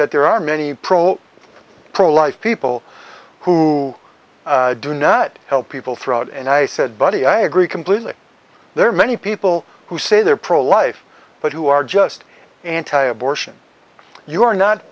that there are many pro life people who do not help people throughout and i said buddy i agree completely there are many people who say they are pro life but who are just anti abortion you are not